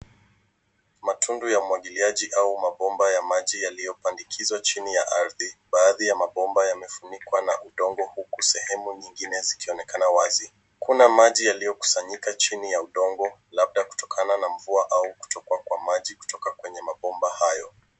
Matundu ya umwagiliaji au mabomba ya maji yaliyopandikizwa chini ya ardhi. Baadhi ya mabomba yamefunikwa na udongo uku sehemu nyingine zikionekana wazi. Kuna maji yaliyokusanyika chini ya udongo labda kutokana na mvua au kutokwa kwa maji kutoka kwa mabomba hayo.